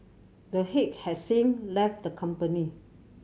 the head has since left the company